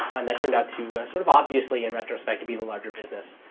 and that turned out to, sort of obviously in retrospect, be the larger business.